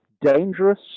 dangerous